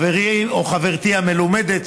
חברי או חברתי המלומדת,